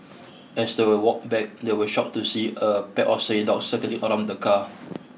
as they were walked back they were shocked to see a pack of stray dogs circling around the car